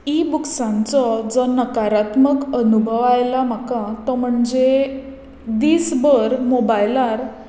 E बुक्सांचो जो नकारात्मक अनुभव आयला म्हाका तो म्हणजें दीस भर मोबायलार